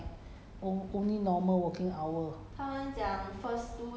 orh 就会有有 midnight 我不懂 leh 我以为 X-ray department 是没有 midnight